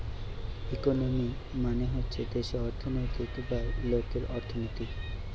economy মানে হচ্ছে দেশের অর্থনৈতিক বা লোকের অর্থনীতি